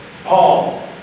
Paul